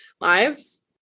lives